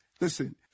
Listen